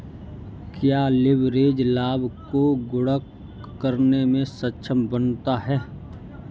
क्या लिवरेज लाभ को गुणक करने में सक्षम बनाता है?